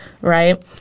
right